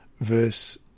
verse